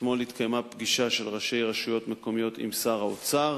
אתמול התקיימה פגישה של ראשי רשויות מקומיות עם שר האוצר